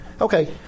Okay